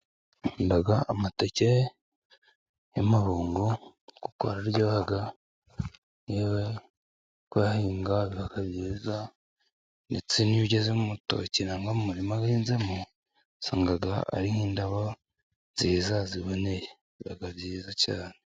Duhinga amateke y'amabungu kuko araryoha, yewe kuyahinga biba byiza, ndetse n'iyo ugeze mu rutoki cyangwa umurima ahinzemo usanga ari nk'indabyo nziza ziboneye. Biba byiza cyane.